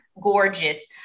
Gorgeous